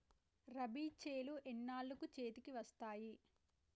రబీ చేలు ఎన్నాళ్ళకు చేతికి వస్తాయి?